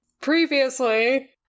Previously